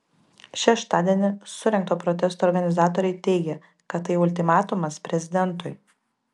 šeštadienį surengto protesto organizatoriai teigė kad tai ultimatumas prezidentui